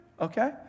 Okay